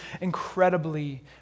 incredibly